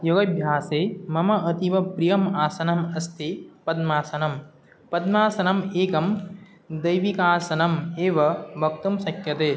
योगाभ्यासे मम अतीव प्रियम् आसनम् अस्ति पद्मासनं पद्मासनम् एकं दैविकासनम् एव वक्तुं शक्यते